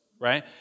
right